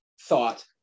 thought